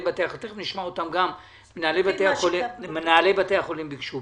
הם מעבירים כסף לפי מה שמנהלי בתי החולים ביקשו,